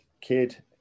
kid